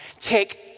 take